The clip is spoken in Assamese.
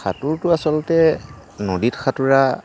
সাঁতোৰতো আচলতে নদীত সাঁতোৰা